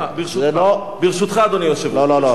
זה לא, ברשותך, אדוני היושב-ראש, ברשותך.